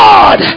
God